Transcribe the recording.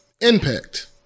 impact